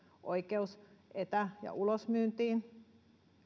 oikeus etä ja ulosmyyntiin